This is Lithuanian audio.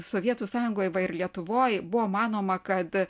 sovietų sąjungoj ir lietuvoj buvo manoma kad